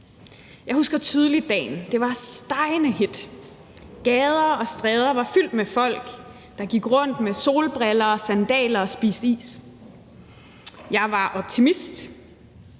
Jeg husker tydeligt dagen. Det var stegende hedt, gader og stræder var fyldt med folk, der gik rundt med solbriller og i sandaler og spiste is. Jeg var optimist,